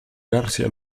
garcia